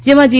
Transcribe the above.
જેમાં જી